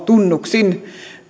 tunnuksin